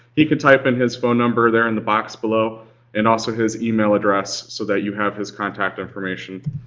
he can type in his phone number there in the box below and also his email address so that you have his contact information.